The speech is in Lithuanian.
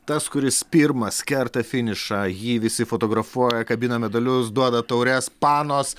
tas kuris pirmas kerta finišą jį visi fotografuoja kabina medalius duoda taures panos